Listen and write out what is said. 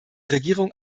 regierung